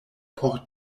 por